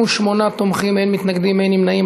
28 תומכים, אין מתנגדים ואין נמנעים.